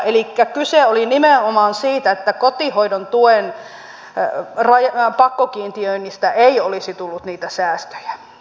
elikkä kyse oli nimenomaan siitä että kotihoidon tuen pakkokiintiöinnistä ei olisi tullut niitä säästöjä